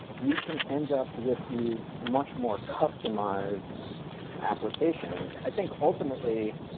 you can end up with these much more customized applications. i think, ultimately,